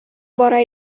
бара